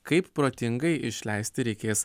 kaip protingai išleisti reikės